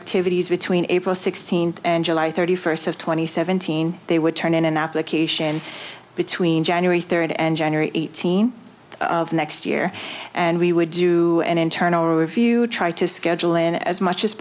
activities between april sixteenth and july thirty first of twenty seventeen they would turn in an application between january third and generally eighteen of next year and we would do an internal review try to schedule in as much as